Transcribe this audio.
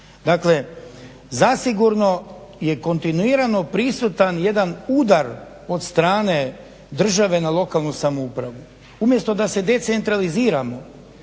Dakle, zasigurno je kontinuirano prisutan jedan udar od strane države na lokalnu samoupravu. Umjesto da se decentraliziramo,